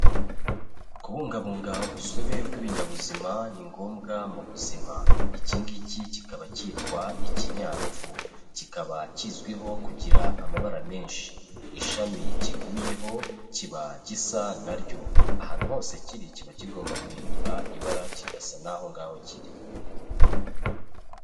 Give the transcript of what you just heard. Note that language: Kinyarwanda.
Kubungabunga urusobe rw'ibinyabuzima ni ngombwa mu buzima. Iki ngiki kikaba cyitwa ikinyaruvu. Kikaba kizwiho kugira amabara menshi. Ishami kiguyeho kiba gisa na ryo. Ahantu hose kiri, kiba kigomba guhindura ibara, kigasa n'aho ngaho kiri.